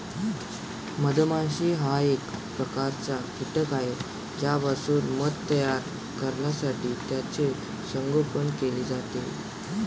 मधमाशी हा एक प्रकारचा कीटक आहे ज्यापासून मध तयार करण्यासाठी त्याचे संगोपन केले जाते